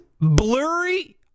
blurry